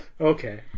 Okay